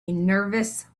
nervous